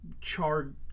charred